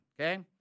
okay